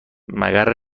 مقر